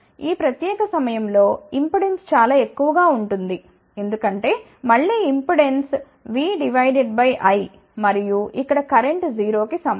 ఈ ప్రత్యేక సమయంలో ఇంపెడెన్స్ చాలా ఎక్కువగా ఉంటుంది ఎందుకంటే మళ్ళీ impedance V divided by I మరియు ఇక్కడ కరెంట్ 0 కి సమానం